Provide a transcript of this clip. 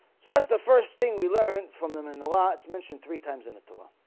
so that's the first thing we learned from them in the law it's mentioned three times in the torah